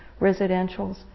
residentials